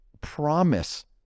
promise